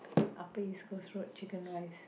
Upper-East-Coast Road Chicken Rice